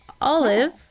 Olive